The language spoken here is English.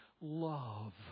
love